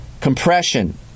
Compression